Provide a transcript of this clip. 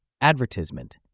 Advertisement